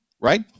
right